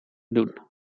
doen